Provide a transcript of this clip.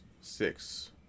Six